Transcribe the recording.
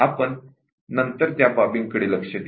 आपण नंतर त्या बाबींकडे लक्ष देऊ